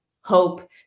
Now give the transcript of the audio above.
hope